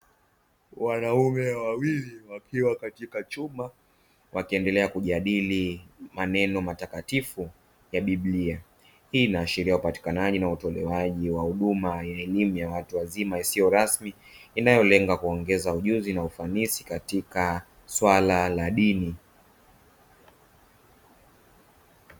Wanaume wawili wakiwa katika chumba wakiendelea kujadili maneno matakatifu ya "Biblia", hii inaashiria hupatikanaji na utolewaji wa huduma ya elimu ya watu wazima isiyo rasmi inayolenga kuongeza ujuzi na ufanisi katika swala la dini.